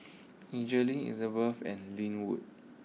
Jaylin Ebenezer and Linwood